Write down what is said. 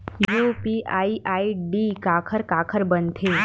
UPI ID काखर काखर बनथे?